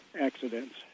accidents